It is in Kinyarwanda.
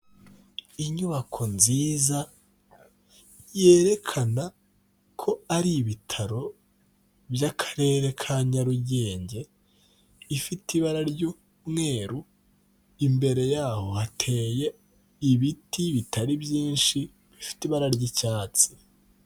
Inyubako nziza yerekana ko ari ibitaro by'akarere ka Nyarugenge ifite ibara ry'umweru imbere yaho hateye ibiti bitari byinshi bifite ibara ry'icyatsi.